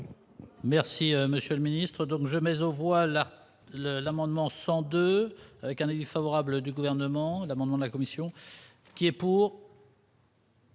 Merci, Monsieur le Ministre,